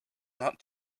not